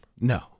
No